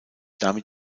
damit